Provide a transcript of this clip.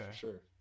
sure